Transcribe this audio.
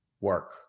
work